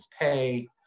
pay